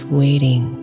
waiting